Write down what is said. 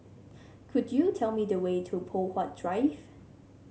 could you tell me the way to Poh Huat Drive